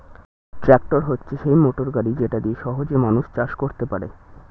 tractor হচ্ছে সেই motor গাড়ি যেটা দিয়ে সহজে মানুষ চাষ করতে পারে